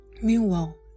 Meanwhile